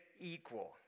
equal